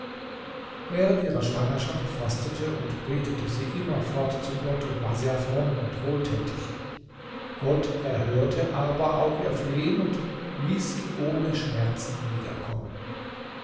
während ihrer schwangerschaft fastete und betete sie immerfort zu gott und war sehr fromm und wohltätig gott erhörte aber auch ihr flehen und ließ sie ohne schmerzen niederkommen